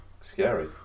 Scary